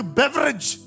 beverage